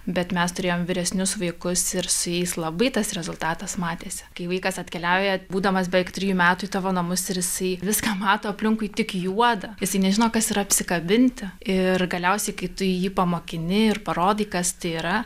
bet mes turėjom vyresnius vaikus ir su jais labai tas rezultatas matėsi kai vaikas atkeliauja būdamas beveik trijų metų į tavo namus ir jisai viską mato aplinkui tik juodą jisai nežino kas yra apsikabinti ir galiausiai kai tu jį pamokini ir parodai kas tai yra